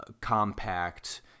compact